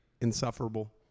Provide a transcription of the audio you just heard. insufferable